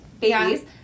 babies